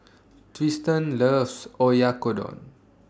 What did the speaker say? Trystan loves Oyakodon